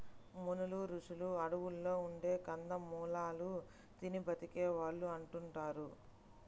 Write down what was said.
మునులు, రుషులు అడువుల్లో ఉండే కందమూలాలు తిని బతికే వాళ్ళు అంటుంటారు